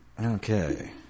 Okay